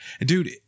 Dude